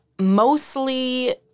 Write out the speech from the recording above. mostly –